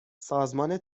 سازمان